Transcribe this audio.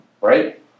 right